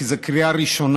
כי זו קריאה ראשונה,